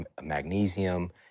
magnesium